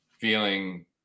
feeling